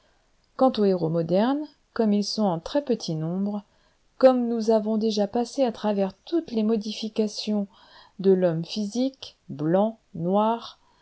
quant aux héros modernes comme ils sont en très-petit nombre comme nous avons déjà passé à travers toutes les modifications de l'homme physique blancs noirs